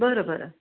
बरं बरं